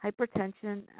hypertension